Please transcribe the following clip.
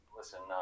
listen